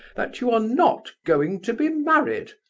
that you are not going to be married.